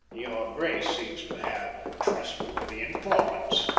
your grace seems to have trustworthy informants,